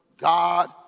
God